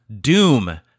Doom